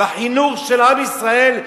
בחינוך של עם ישראל,